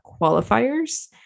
qualifiers